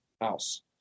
house